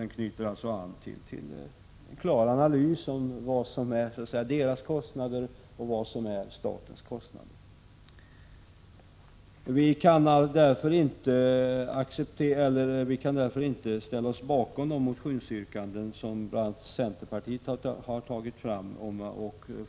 Den knyter an till en klar analys om vad som bör vara kärnkraftverkens kostnader resp. statens kostnader. Vi kan därför inte ställa oss bakom centerpartiets och